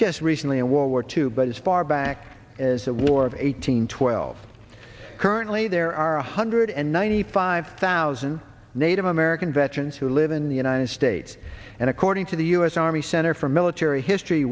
just recently in world war two but as far back as the war of eighteen twelve currently there are a hundred and ninety five thousand native american veterans who live in the united states and according to the u s army center for military history